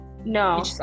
No